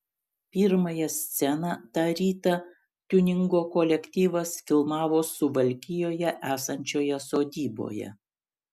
pirmąją sceną tą rytą tiuningo kolektyvas filmavo suvalkijoje esančioje sodyboje